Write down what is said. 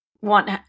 want